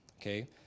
Okay